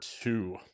two